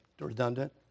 redundant